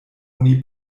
oni